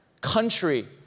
country